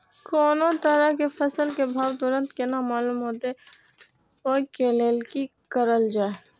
कोनो तरह के फसल के भाव तुरंत केना मालूम होते, वे के लेल की करल जाय?